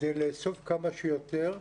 כדי לאסוף כמה שיותר,